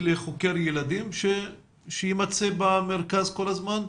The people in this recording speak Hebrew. של חוקר ילדים שיימצא במרכז כל הזמן?